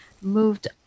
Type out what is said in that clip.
moved